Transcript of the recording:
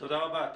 תודה רבה.